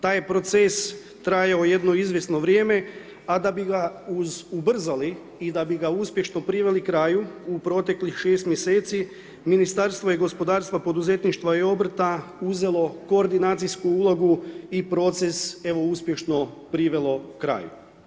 Taj proces trajao je jedno izvjesno vrijeme a da bi ga ubrzali i da bi ga uspješno priveli kraju u proteklih 6 mjeseci Ministarstvo je gospodarstva, poduzetništva i obrta uzelo koordinacijsku ulogu i proces evo uspješno privelo kraju.